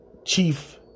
Chief